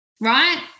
right